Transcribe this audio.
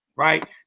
Right